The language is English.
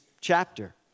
chapter